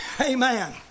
Amen